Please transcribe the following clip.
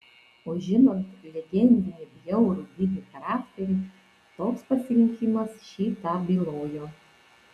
o žinant legendinį bjaurų didi charakterį toks pasirinkimas šį tą bylojo